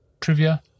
trivia